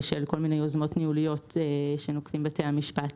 בשל כל מיני יוזמות ניהוליות שנוקטים בתי המשפט.